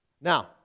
Now